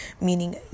meaning